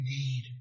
need